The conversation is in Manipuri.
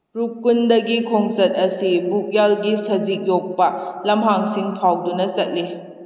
ꯔꯨꯞꯀꯨꯟꯗꯒꯤ ꯈꯣꯡꯆꯠ ꯑꯁꯤ ꯕꯨꯒ꯭ꯌꯥꯜꯒꯤ ꯁꯖꯤꯛ ꯌꯣꯛꯄ ꯂꯝꯍꯥꯡꯁꯤꯡ ꯐꯥꯎꯗꯨꯅ ꯆꯠꯂꯤ